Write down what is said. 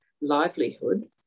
livelihood